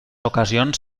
ocasions